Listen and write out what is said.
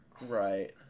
Right